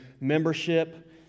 membership